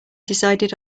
decided